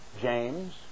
James